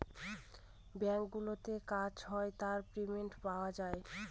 ব্যাঙ্কগুলোতে কাজ হয় তার প্রিন্ট পাওয়া যায়